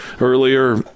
earlier